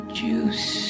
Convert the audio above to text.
juice